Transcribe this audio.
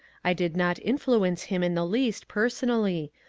i did not influence him in the least, personally,